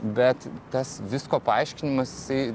bet tas visko paaiškinimas jisai